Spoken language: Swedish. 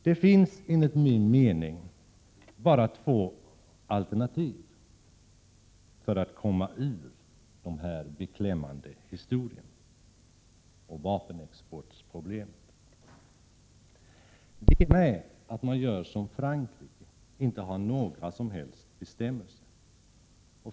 Det finns enligt min mening bara två alternativ när det gäller att komma ur vapenexportproblematiken. Det ena är att göra som t.ex. Frankrike, att inte ha några som helst bestämmelser.